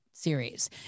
Series